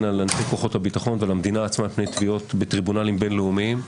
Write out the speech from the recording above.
על אנשי כוחות הביטחון מפני תביעות בטריבונלים בינלאומיים.